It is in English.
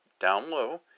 down-low